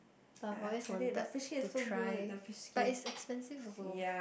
I've always wanted to try but it's expensive also